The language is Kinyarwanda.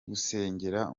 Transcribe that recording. gusengera